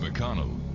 McConnell